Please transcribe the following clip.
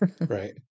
Right